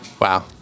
Wow